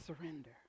surrender